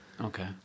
Okay